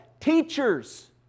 teachers